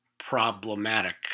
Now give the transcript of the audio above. problematic